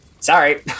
Sorry